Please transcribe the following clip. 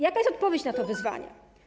Jaka jest odpowiedź na to wyzwanie?